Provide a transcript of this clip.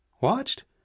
Watched